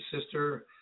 Sister